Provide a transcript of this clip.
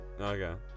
Okay